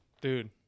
Dude